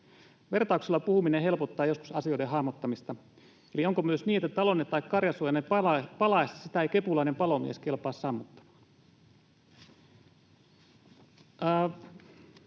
Vertauksella puhuminen helpottaa joskus asioiden hahmottamista. Eli onko myös niin, että talonne tai karjasuojanne palaessa sitä ei kepulainen palomies kelpaa sammuttamaan?